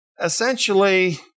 essentially